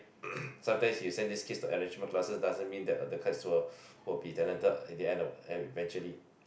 sometimes you send these kids to enrichment classes doesn't mean that the kites will will be talented in the end of eventually